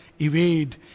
evade